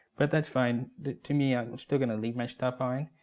but that's fine. to me, i'm still gonna leave my stuff on,